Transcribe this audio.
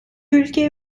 ülke